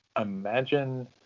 imagine